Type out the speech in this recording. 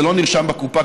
זה לא נרשם בקופה,